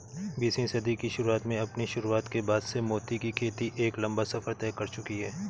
बीसवीं सदी की शुरुआत में अपनी शुरुआत के बाद से मोती की खेती एक लंबा सफर तय कर चुकी है